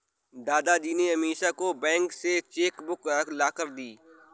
दादाजी ने अमीषा को बैंक से चेक बुक लाकर दी